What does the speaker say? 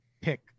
pick